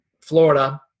Florida